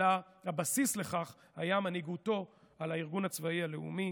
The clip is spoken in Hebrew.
אלא הבסיס לכך היה מנהיגותו בארגון הצבאי הלאומי